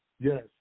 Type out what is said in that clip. yes